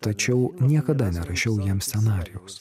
tačiau niekada nerašiau jiem scenarijaus